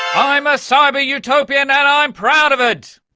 i'm a cyber-utopian and i'm proud of it!